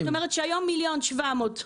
זאת אומרת שהיום 1.7 מיליון שקלים,